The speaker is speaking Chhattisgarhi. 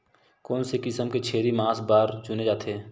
कोन से किसम के छेरी मांस बार चुने जाथे?